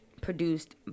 produced